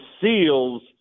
Seals